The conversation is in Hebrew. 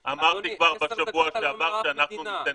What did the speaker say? אמרתי כבר בשבוע שעבר שאנחנו ניתן פיתרון.